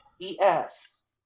E-S